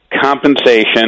compensation